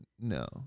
no